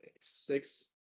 six